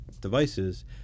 devices